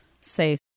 say